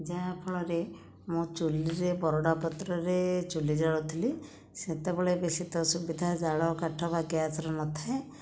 ଯାହା ଫଳରେ ମୁଁ ଚୁଲିରେ ବରଡ଼ା ପତ୍ରରେ ଚୁଲି ଜାଳୁଥିଲି ସେତେବେଳେ ବେଶି ତ ସୁବିଧା ଜାଳ କାଠ ବା ଗ୍ୟାସର ନଥାଏ